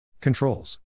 Controls